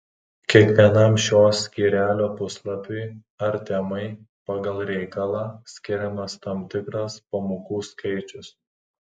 kiekvienam šio skyrelio puslapiui ar temai pagal reikalą skiriamas tam tikras pamokų skaičius